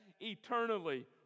eternally